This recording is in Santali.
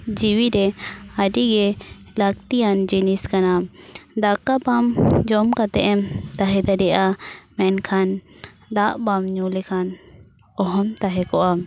ᱡᱤᱣᱭᱤ ᱨᱮ ᱟᱹᱰᱤ ᱜᱮ ᱞᱟᱹᱠᱛᱤᱭᱟᱱ ᱡᱤᱱᱤᱥ ᱠᱟᱱᱟ ᱫᱟᱠᱟ ᱵᱟᱢ ᱡᱚᱢ ᱠᱟᱛᱮᱫ ᱮᱢ ᱛᱟᱦᱮᱸ ᱫᱟᱲᱮᱭᱟᱜᱼᱟ ᱢᱮᱱᱠᱷᱟᱱ ᱫᱟᱜ ᱵᱟᱢ ᱧᱩ ᱞᱮᱠᱷᱟᱱ ᱚᱦᱚᱢ ᱛᱟᱦᱮᱸ ᱠᱚᱜᱼᱟ